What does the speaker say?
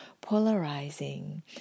polarizing